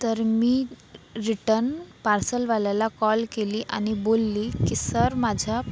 तर मी रिटर्न पार्सलवाल्याला कॉल केला आणि बोलले की सर माझं